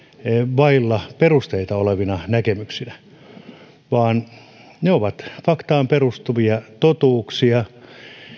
vailla perusteita olevina näkemyksinä ne ovat faktaan perustuvia totuuksia